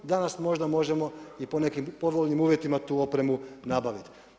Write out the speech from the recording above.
Danas možda možemo i po nekim povoljnijim uvjetima tu opremu nabaviti.